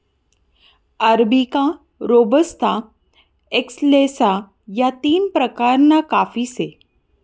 arabica, robusta, excelsa या तीन प्रकारना काफी से